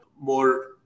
more